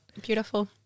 beautiful